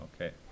Okay